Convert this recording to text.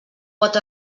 pot